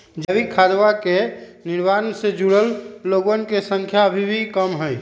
जैविक खदवा के निर्माण से जुड़ल लोगन के संख्या अभी भी कम हई